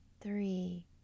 three